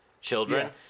children